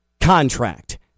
contract